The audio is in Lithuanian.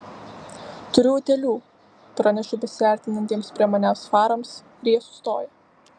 turiu utėlių pranešu besiartinantiems prie manęs farams ir jie sustoja